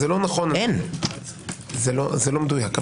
זה לא מדויק.